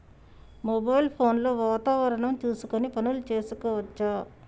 Mobile phone లో వాతావరణం చూసుకొని పనులు చేసుకోవచ్చా?